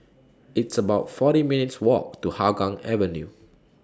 It's about forty minutes' Walk to Hougang Avenue